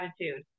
attitude